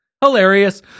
Hilarious